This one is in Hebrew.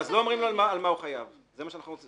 אז לא אומרים לו על מה הוא חייב, זה מה שאת אומרת?